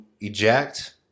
eject